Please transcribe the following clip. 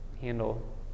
Handle